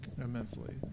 immensely